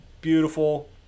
Beautiful